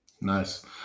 Nice